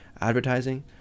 advertising